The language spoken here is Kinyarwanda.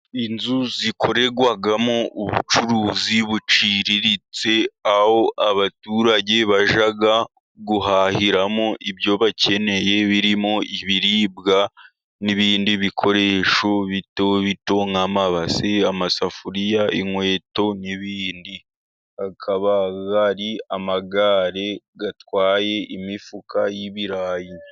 Inzu zikorerwamo ubucuruzi buciriritse, aho abaturage bajya guhahiramo ibyo bakeneye, birimo ibiribwa n'ibindi bikoresho bito bito nk'amabase, amasafuriya, inkweto n'ibindi. Hakaba hari amagare atwaye imifuka y'ibirayi.